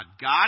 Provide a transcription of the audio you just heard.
God